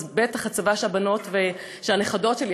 אז בטח הצבא של הנכדות שלי,